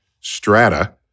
strata